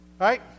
right